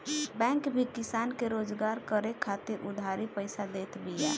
bank भी किसान के रोजगार करे खातिर उधारी पईसा देत बिया